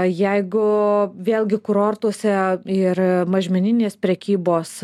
jeigu vėlgi kurortuose ir mažmeninės prekybos